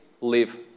live